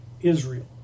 Israel